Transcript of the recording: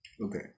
Okay